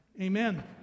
Amen